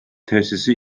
tesisi